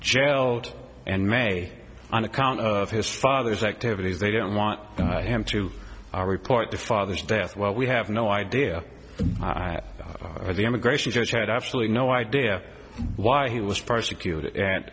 jailed and may on account of his father's activities they don't want him to report the father's death well we have no idea the immigration judge had absolutely no idea why he was prosecuted